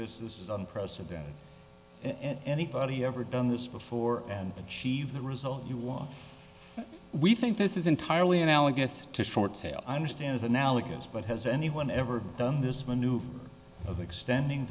this is unprecedented anybody ever done this before and achieve the result you want we think this is entirely analogous to a short sale i understand is analogous but has anyone ever done this maneuver of extending